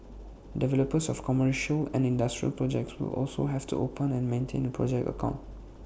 developers of commercial and industrial projects will also have to open and maintain A project account